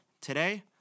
Today